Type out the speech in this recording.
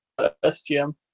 SGM